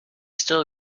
still